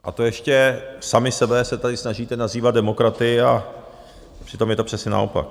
A to ještě sami sebe se tady snažíte nazývat demokraty, a přitom je to přesně naopak.